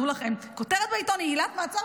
דעו לכם, כותרת בעיתון היא עילת מעצר.